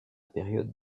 période